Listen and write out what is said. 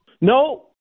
No